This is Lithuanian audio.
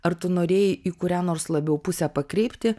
ar tu norėjai į kurią nors labiau pusę pakreipti